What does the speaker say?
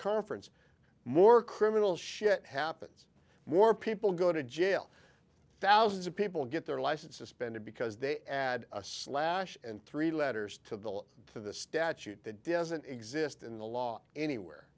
conference more criminal shit happens more people go to jail thousands of people get their license suspended because they add a slash and three letters to the all of the statute that designate exist in the law anywhere